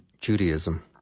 Judaism